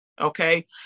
okay